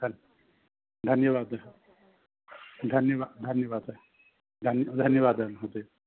धन् धन्यवादः धन्यवादः धन्यवादः धन्य धन्यवादः महोदय